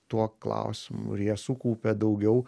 tuo klausimu ir jie sukaupia daugiau